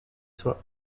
soi